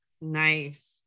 Nice